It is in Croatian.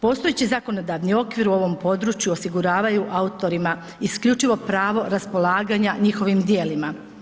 Postojeći zakonodavni okvir u ovom području osiguravaju autorima isključivo pravo raspolaganja njihovim djelima.